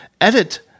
edit